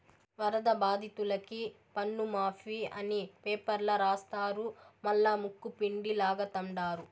వరద బాధితులకి పన్నుమాఫీ అని పేపర్ల రాస్తారు మల్లా ముక్కుపిండి లాగతండారు